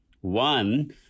One